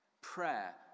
prayer